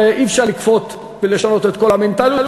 ואי-אפשר לכפות ולשנות את כל המנטליות,